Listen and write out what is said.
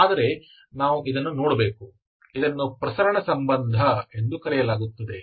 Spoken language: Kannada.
ಆದರೆ ನಾವು ಇದನ್ನು ನೋಡಬೇಕು ಇದನ್ನು ಪ್ರಸರಣ ಸಂಬಂಧ ಎಂದು ಕರೆಯಲಾಗುತ್ತದೆ